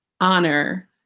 honor